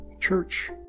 church